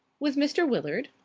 with mr. willard?